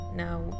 now